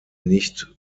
nicht